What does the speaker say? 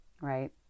right